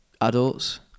adults